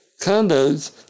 condos